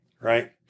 Right